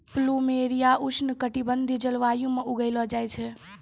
plumeria उष्ण कटिबंधीय जलवायु म उगैलो जाय छै